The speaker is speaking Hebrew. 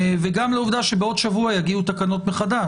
וגם לעובדה שבעוד שבוע יגיעו תקנות מחדש.